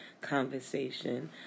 conversation